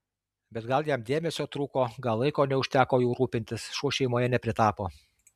bet gal jam dėmesio trūko gal laiko neužteko juo rūpintis šuo šeimoje nepritapo